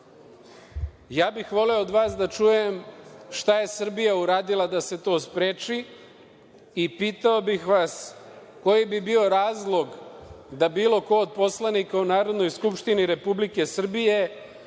Ja bih voleo od vas da čujem šta je Srbija uradila da se to spreči i pitao bih vas koji bi bio razlog da bilo ko od poslanika u Narodnoj skupštini Republike Srbije